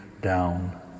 down